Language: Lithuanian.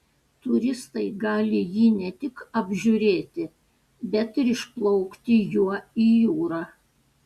turistai gali jį ne tik apžiūrėti bet ir išplaukti juo į jūrą